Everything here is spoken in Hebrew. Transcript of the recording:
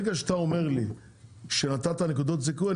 ברגע שאתה אומר לי שנתת נקודות זיכוי,